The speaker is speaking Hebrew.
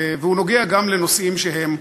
והוא נוגע גם בנושאים שהם,